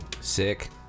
Sick